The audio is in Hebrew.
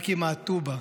רק ימעטו בה,